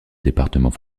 département